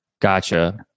Gotcha